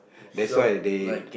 that's why they